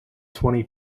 twenty